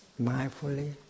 mindfully